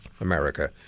America